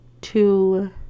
two